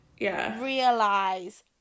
realize